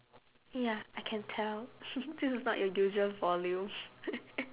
ya I can tell this is not your usual volume